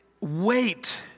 Wait